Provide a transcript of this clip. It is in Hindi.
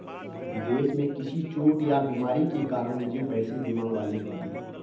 विदेश में किसी चोट या बीमारी के कारण मुझे पैसे बीमा वाले देंगे